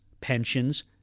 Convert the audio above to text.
pensions